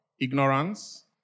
ignorance